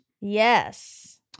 Yes